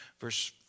Verse